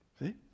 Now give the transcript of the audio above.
See